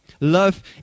Love